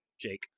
Jake